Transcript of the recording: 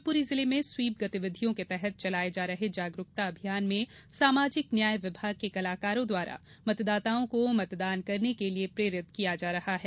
शिवपुरी जिले में स्वीप गतिविधियों के तहत चलाये जा रहे जागरूकता अभियान में सामाजिक न्याय विभाग के कलाकारों द्वारा मतदाताओं को मतदान करने के लिये प्रेरित किया जा रहा है